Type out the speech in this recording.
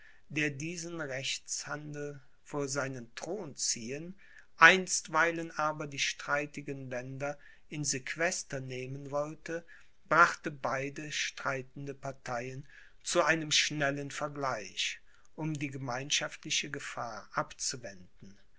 der diesen rechtshandel vor seinen thron ziehen einstweilen aber die streitigen länder in sequester nehmen wollte brachte beide streitende parteien zu einem schnellen vergleich um die gemeinschaftliche gefahr abzuwenden